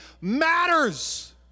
matters